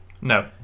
no